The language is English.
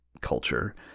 culture